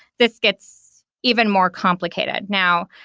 this gets even more complicated. now,